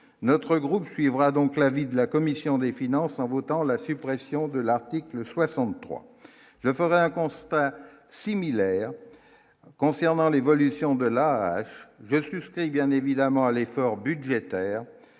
notre groupe suivra donc l'avis de la commission des finances en votant la suppression de l'article 63, je ferai un constat similaire concernant l'évolution de la vétusté et bien évidemment à l'effort budgétaire